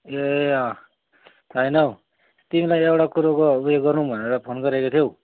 ए अँ होइन हौ तिमीलाई एउटा कुराको उयो गरौँ भनेर फोन गरेको थिएँ हौ